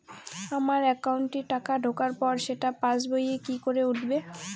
আমার একাউন্টে টাকা ঢোকার পর সেটা পাসবইয়ে কি করে উঠবে?